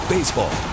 Baseball